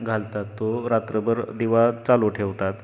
घालतात तो रात्रभर दिवा चालू ठेवतात